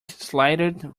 slithered